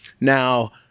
Now